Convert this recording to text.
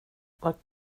vad